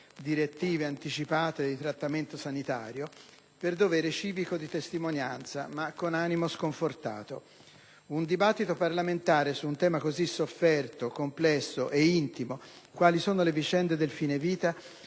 direttive anticipate di trattamento sanitario per dovere civico di testimonianza, ma con animo sconfortato. Un dibattito parlamentare su un tema così sofferto, complesso e intimo, quali sono le vicende del fine vita,